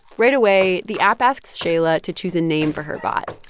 right away, the app asks shaila to choose a name for her bot.